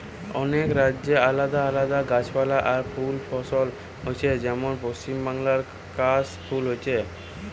অনেক রাজ্যে আলাদা আলাদা গাছপালা আর ফুল ফসল হচ্ছে যেমন পশ্চিমবাংলায় কাশ ফুল হচ্ছে